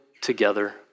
together